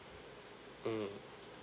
mm